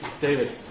David